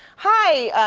hi,